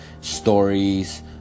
stories